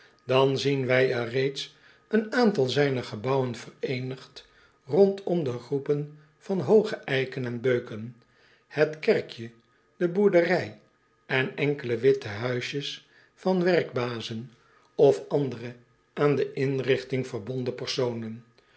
dan zien wij er reeds een aantal zijner gebouwen vereenigd rondom de groepen van hooge eiken en beuken het kerkje de boerderij en enkele witte huisjes van werkbazen of andere aan de inrigting verbonden personen